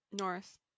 Norris